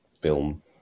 film